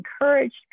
encouraged